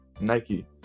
Nike